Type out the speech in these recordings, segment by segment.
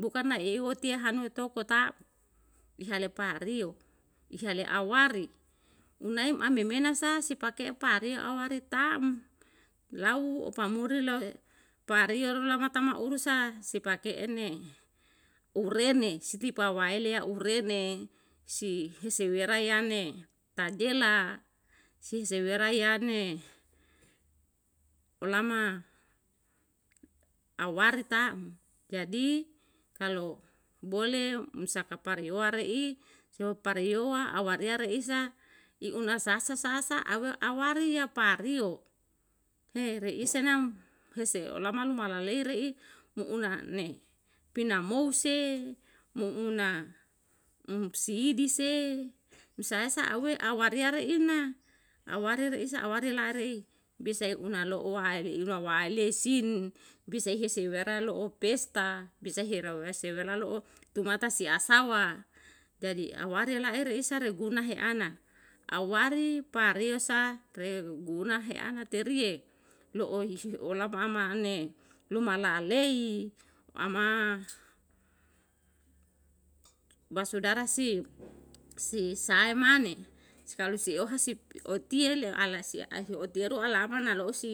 Bukan na i eu tiyahanue tou pota, ihale pariyo, ihale awari, unaem ama memena sa, si pake pariyo awari tam, lau pamuri lo'e pariyo rolama tamauru sa se pake ene, urune si tipa waele ya urene, si hisewera yane, taela si sewera yane. Olama awari tam, jadi kalu bole um saka pariyowa re'i, lo pariyowa awareya reisa, inasasa sasa, awariya pariyo, ne reisa nam hese olama luma laleire'i mo una ne, pinamou se, mo una um sidi se, musae sa awariya reina, awariya reisa, awariya la'a re'i, bisa una lo'o waele una waelesin, bisai hese wera lo'o pesta, bisa hera wesewera lo'o tumata si asawa, jadi awai laere isa le guna he ana, awari pariosa reguna heana teriye, lo'o hisiolama ama an ne luma lalei, ama basudara si, si sae mane kalu si oha si otiye mane. Kalu si oha si otiye le alaisi hai otiyeru alama si na lo'o si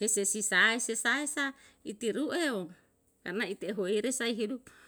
hese si sae se sae sa itirue yo, karna iti ehu ei sai hidup